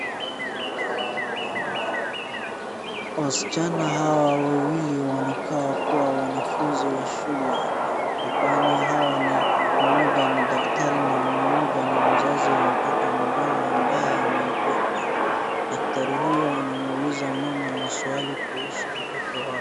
Waschana hawa wawili wanakaa kuwa wanafunzi wa shule, hapana hawa ni mmoja ni daktari na mmoja ni mzazi wa mtoto mdogo ambaye ameibeba. Daktari huyu anamuuliza mama maswali kuhusu mtoto wake.